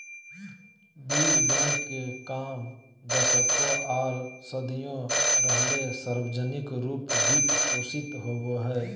बीज बैंक के काम दशकों आर सदियों रहले सार्वजनिक रूप वित्त पोषित होबे हइ